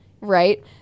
right